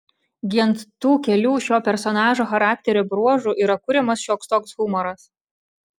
gi ant tų kelių šio personažo charakterio bruožų yra kuriamas šioks toks humoras